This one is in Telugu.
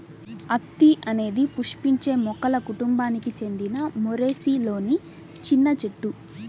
అత్తి అనేది పుష్పించే మొక్కల కుటుంబానికి చెందిన మోరేసిలోని చిన్న చెట్టు